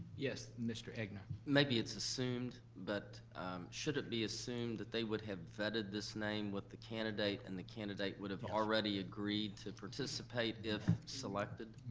yes, mr. egnor. maybe it's assumed, but should it be assumed that they would have vetted this name with the candidate and the candidate would have already agreed to participate if selected?